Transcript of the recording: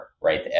right